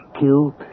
Killed